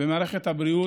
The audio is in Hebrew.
ומערכת הבריאות,